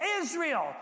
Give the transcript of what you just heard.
Israel